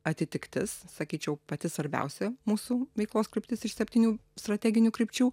atitiktis sakyčiau pati svarbiausia mūsų veiklos kryptis iš septynių strateginių krypčių